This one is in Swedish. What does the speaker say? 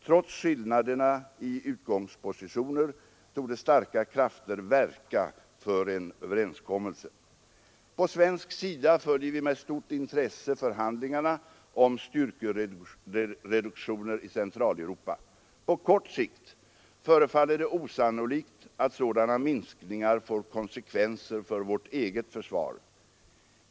Trots skillnaderna i utgångspositioner torde starka krafter verka för en överenskommelse. På svensk sida följer vi med stort intresse förhandlingarna om styrkereduktioner i Centraleuropa. På kort sikt förefaller det osannolikt att sådana minskningar får konsekvenser för vårt eget försvar.